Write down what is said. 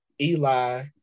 Eli